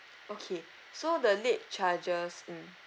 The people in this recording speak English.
okay so the late charges mm